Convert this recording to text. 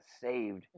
saved